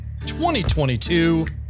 2022